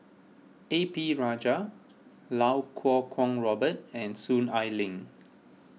A P Rajah Lau Kuo Kwong Robert and Soon Ai Ling